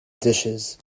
dishes